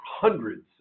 hundreds